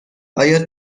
آیا